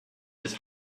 his